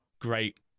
great